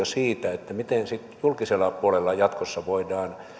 siitä miten sitten julkisella puolella jatkossa voidaan